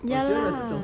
yeah lah